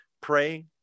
Pray